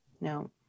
no